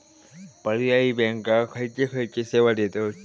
पर्यायी बँका खयचे खयचे सेवा देतत?